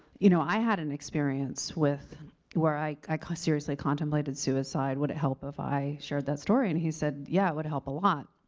you know, i had an experience where i i seriously contemplated suicide. would it help if i shared that story? and he said, yeah, it would help a lot.